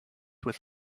with